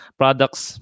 products